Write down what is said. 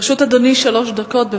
לרשות אדוני שלוש דקות.